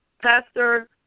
Pastor